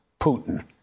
Putin